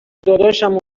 داداشم